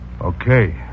Okay